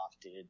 dude